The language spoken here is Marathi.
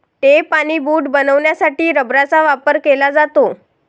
टेप आणि बूट बनवण्यासाठी रबराचा वापर केला जातो